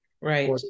Right